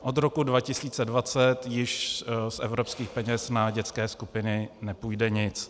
Od roku 2020 již z evropských peněz na dětské skupiny nepůjde nic.